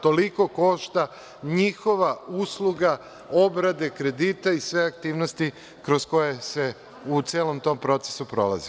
Toliko košta njihova usluga obrade kredita i sve aktivnosti kroz koje se u celom tom procesu prolazi.